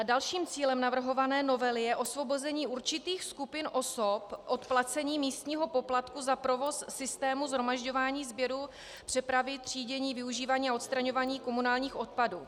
Dalším cílem navrhované novely je osvobození určitých skupin osob od placení místního poplatku za provoz systému shromažďování, sběru, přepravy, třídění, využívání a odstraňování komunálních odpadů.